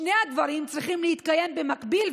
שני הדברים צריכים להתקיים במקביל.